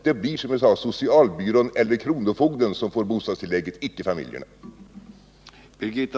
Det blir, som jag sade, socialbyrån eller kronofogden som får bostadstillägget, icke familjerna.